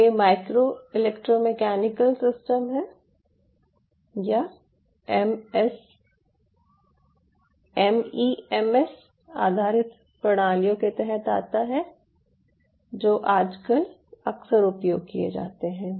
ये micro electromechanical system या MEMS आधारित प्रणालियों के तहत आता है जो आजकल अक्सर उपयोग किए जाते हैं